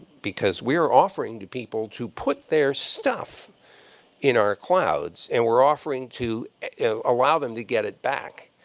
because we are offering to people to put their stuff in our clouds. and we're offering to allow them to get it back.